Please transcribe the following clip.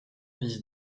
vise